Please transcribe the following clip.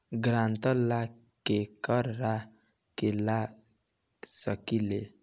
ग्रांतर ला केकरा के ला सकी ले?